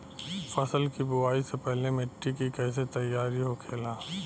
फसल की बुवाई से पहले मिट्टी की कैसे तैयार होखेला?